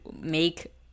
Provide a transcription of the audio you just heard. make